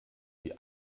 die